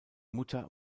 mutter